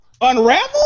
Unravel